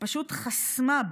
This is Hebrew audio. פשוט חסמה,